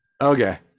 Okay